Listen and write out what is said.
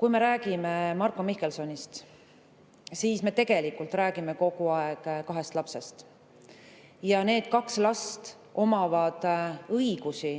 Kui me räägime Marko Mihkelsonist, siis me tegelikult räägime kogu aeg kahest lapsest. Ja need kaks last omavad õigusi